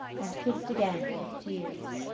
and kissed again with tears.